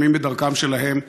לפעמים בדרכם שלהם,